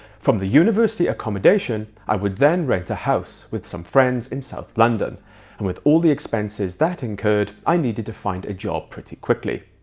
from the university accommodation, i would then rent a house with some friends in south london and with all the expenses that incurred, i needed to find a job pretty quickly.